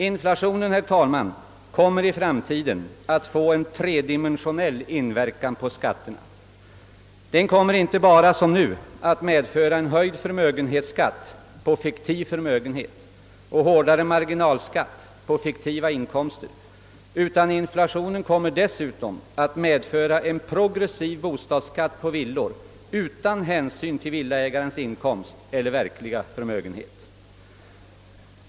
Inflationen kommer i framtiden att få tredimensionell inverkan på skatterna. Den kommer inte bara att som nu medföra höjd förmögenhetsskatt på fiktiv förmögenhet och hårdare marginalskatt på fiktiv inkomst, utan den kommer dessutom att medföra progressiv bostadsskatt på villor utan hänsyn till villaägarens inkomst eller verkliga förmögenhet.